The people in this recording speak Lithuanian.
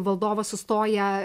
valdovas sustoja